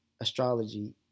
astrology